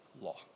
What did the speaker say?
law